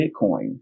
Bitcoin